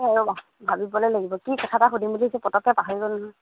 অঁ ভাবিবলৈ লাগিব কি কথা এটা সুধিম বুলি ভাবিছিলো পতককে পাহৰি গ'লো নহয়